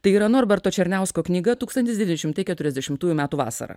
tai yra norberto černiausko knyga tūkstantis devyni šimtai keturiasdešimtųjų metų vasara